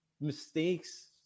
mistakes